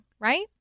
Right